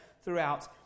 throughout